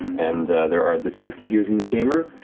and there are the two figures in the chamber,